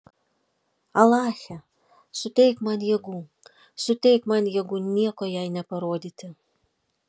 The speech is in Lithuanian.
alache suteik man jėgų suteik man jėgų nieko jai neparodyti